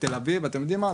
בתל אביב ואתם יודעים מה?